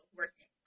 working